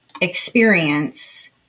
experience